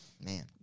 Man